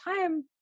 time